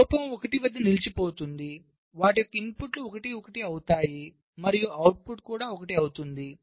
ఒక లోపం 1 వద్ద నిలిచిపోతుంది వాటి యొక్క ఇన్పుట్లు 1 1 అవుతాయి మరియు అవుట్పుట్ కూడా 1 అవుతుంది